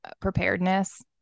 preparedness